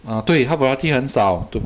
ah 对他 variety 很少